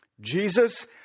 Jesus